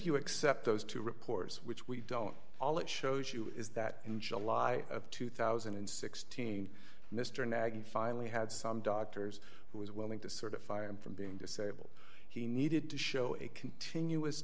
you accept those to reporters which we don't all it shows you is that in july of two thousand and sixteen mr nagging finally had some doctors who was willing to sort of fire him from being disabled he needed to show a continuous